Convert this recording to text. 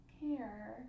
care